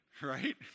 right